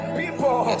people